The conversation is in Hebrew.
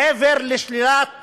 מעבר לשלילת